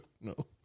No